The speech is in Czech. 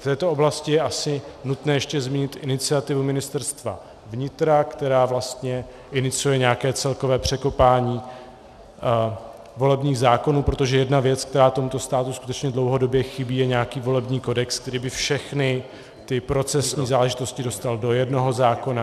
V této oblasti je asi nutné ještě zmínit iniciativu Ministerstva vnitra, která vlastně iniciuje nějaké celkové překopání volebních zákonů, protože jedna věc, která tomuto státu skutečně dlouhodobě chybí, je nějaký volební kodex, který by všechny procesní záležitosti dostal do jednoho zákona.